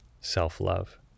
self-love